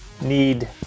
need